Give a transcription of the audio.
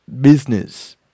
business